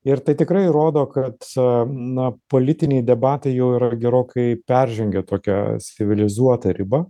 ir tai tikrai rodo kad na politiniai debatai jau yra gerokai peržengę tokią civilizuotą ribą